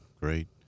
great